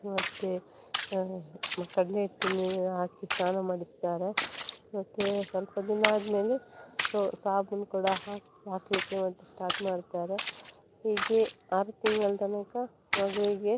ಮತ್ತು ಕಡಲೆ ಹಿಟ್ಟನ್ನ ಹಾಕಿ ಸ್ನಾನ ಮಾಡಿಸ್ತಾರೆ ಮತ್ತೆ ಸ್ವಲ್ಪ ದಿನ ಆದಮೇಲೆ ಸಾಬೂನು ಕೂಡ ಹಾಕಲಿಕ್ಕೆ ಮತ್ತೆ ಸ್ಟಾರ್ಟ್ ಮಾಡ್ತಾರೆ ಹೀಗೆ ಆರು ತಿಂಗಳ ತನಕ ಮಗುವಿಗೆ